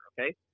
Okay